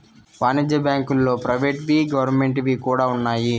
వాణిజ్య బ్యాంకుల్లో ప్రైవేట్ వి గవర్నమెంట్ వి కూడా ఉన్నాయి